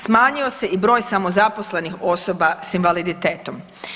Smanjio se i broj samozaposlenih osoba s invaliditetom.